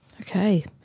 Okay